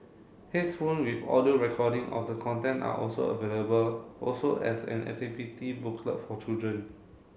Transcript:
heads phone with audio recording of the content are also available also as an activity booklet for children